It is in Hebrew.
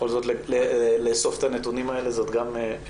בכל זאת לאסוף את הנתונים האלה זאת גם משימה.